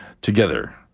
together